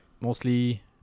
Mostly